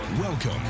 Welcome